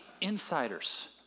insiders